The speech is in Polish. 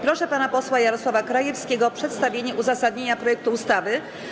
Proszę pana posła Jarosława Krajewskiego o przedstawienie uzasadnienia projektu ustawy.